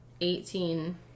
eighteen